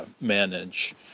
manage